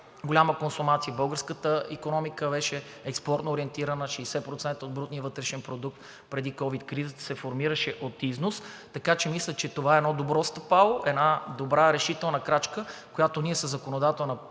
голяма консумация. Българската икономика беше експортно ориентирана. 60% от брутния вътрешен продукт – преди ковид кризата, се формираше от износ. Така че мисля, че това е едно добро стъпало, една добра решителна крачка, която ние смело със законодателна